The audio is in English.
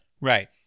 Right